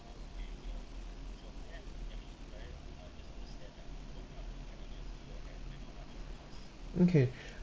okay